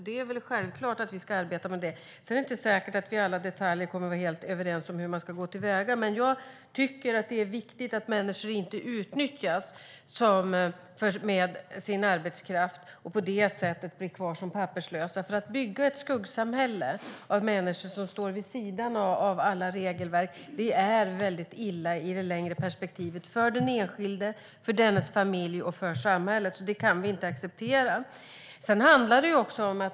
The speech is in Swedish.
Det är alltså självklart att vi ska arbeta med det, men det är inte säkert att vi i alla detaljer kommer att vara helt överens om hur vi ska gå till väga. Det är viktigt att människor inte utnyttjas som arbetskraft och på det sättet blir kvar som papperslösa. Att bygga ett skuggsamhälle av människor som står vid sidan av alla regelverk är väldigt illa i det längre perspektivet för den enskilde, för dennes familj och för samhället. Det kan vi inte acceptera.